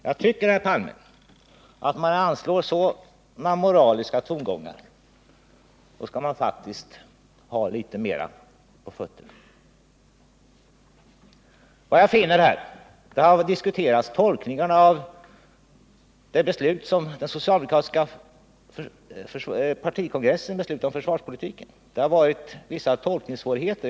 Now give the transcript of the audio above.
Jag tycker, herr Palme, att anslår man sådana moraliska tongångar, då skall man faktiskt ha litet mera på fötterna. Man har diskuterat tolkningarna av det beslut som den socialdemokratiska partikongressen fattade om försvarspolitiken, och det har förelegat vissa tolkningssvårigheter.